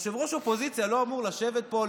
ראש אופוזיציה לא אמור לשבת פה,